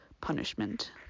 punishment